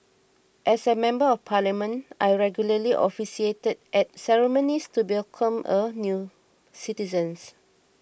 as a member of parliament I regularly officiated at ceremonies to welcome new citizens